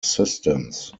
systems